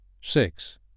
six